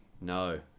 No